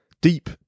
deep